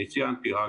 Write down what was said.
אני ציינתי רק,